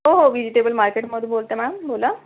हो व्हिजिटेबल मार्केटमधून बोलते मॅम बोला